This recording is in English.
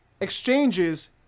Exchanges